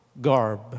garb